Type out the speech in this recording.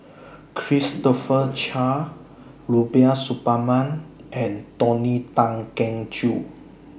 Christopher Chia Rubiah Suparman and Tony Tan Keng Joo